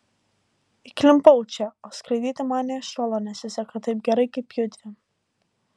įklimpau čia o skraidyti man nė iš tolo nesiseka taip gerai kaip judviem